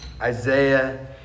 Isaiah